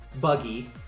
Buggy